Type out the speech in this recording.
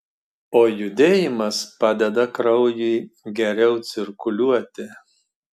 o judėjimas padeda kraujui geriau cirkuliuoti